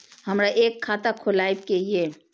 हमरा एक खाता खोलाबई के ये?